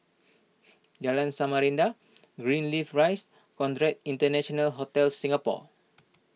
Jalan Samarinda Greenleaf Rise Conrad International Hotel Singapore